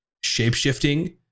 shape-shifting